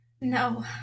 No